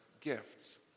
gifts